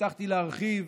והבטחתי להרחיב,